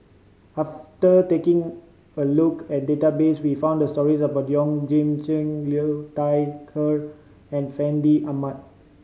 after taking a look at database we found stories about Yeoh Ghim Seng Liu Thai Ker and Fandi Ahmad